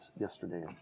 yesterday